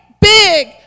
big